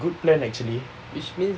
good plan actually